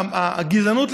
הגזענות,